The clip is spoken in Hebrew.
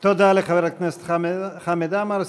תודה, חבר הכנסת חמד עמאר.